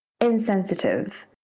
insensitive